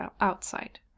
outside